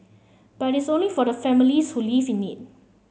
but it's only for the families who live in it